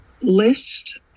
list